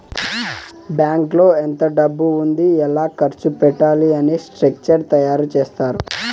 బ్యాంకులో ఎంత డబ్బు ఉంది ఎలా ఖర్చు పెట్టాలి అని స్ట్రక్చర్ తయారు చేత్తారు